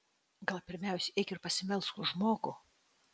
gal pirmiausia eik ir pasimelsk už žmogų